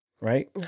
Right